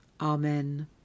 Amen